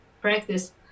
practice